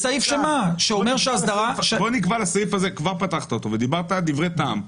כבר פתחת את הסעיף הזה ודיברת דברי טעם.